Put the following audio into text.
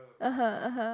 (uh huh) (uh huh)